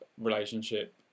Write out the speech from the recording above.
relationship